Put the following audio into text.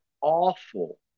awful